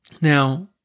Now